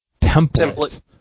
templates